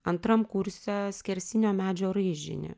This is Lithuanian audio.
antram kurse skersinio medžio raižinį